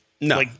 No